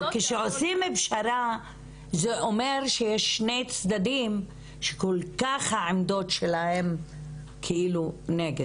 כשעושים פשרה זה אומר שיש שני צדדים שהעמדות שלהם כל כך נגד.